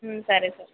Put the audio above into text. సరే సరే